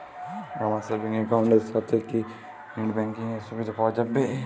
আমার savings account এর সাথে কি নেটব্যাঙ্কিং এর সুবিধা পাওয়া যাবে?